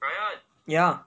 brian ya